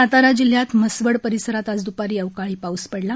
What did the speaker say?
सातारा जिल्ह्यात म्हसवड परिसरात आज द्रपारी अवकाळी पाऊस पडला